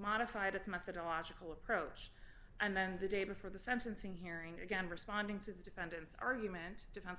modified its methodological approach and then the day before the sentencing hearing again responding to the defendant's argument defen